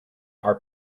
are